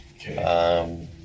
Okay